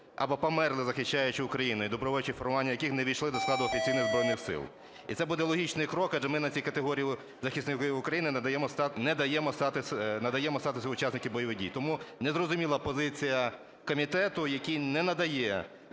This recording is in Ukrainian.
або померли, захищаючи Україну, і добровольчі формування яких не увійшли до складу офіційних Збройних Сил. І це буде логічний крок, адже ми цій категорії захисників України надаємо статусу учасників бойових дій. Тому незрозуміла позиція комітету, який не надає